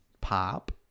pop